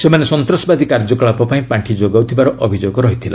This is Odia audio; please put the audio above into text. ସେମାନେ ସନ୍ତାସବାଦୀ କାର୍ଯ୍ୟକଳାପ ପାଇଁ ପାଣ୍ଠି ଯୋଗାଉଥିବାର ଅଭିଯୋଗ ରହିଛି